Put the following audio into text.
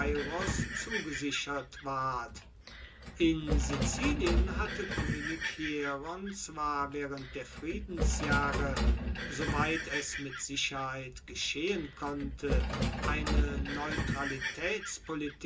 zugesichert ward in sizilien hatte koenig hieron zwar waehrend der friedensjahre soweit es mit sicherheit geschehen konnte eine